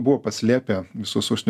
buvo paslėpę visus užsienio